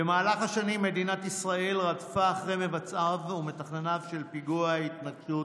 במהלך השנים מדינת ישראל רדפה אחרי מבצעיו ומתכנניו של פיגוע ההתנקשות,